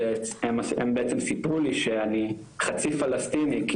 זה הם בעצם סיפרו לי שאני חצי פלסטיני,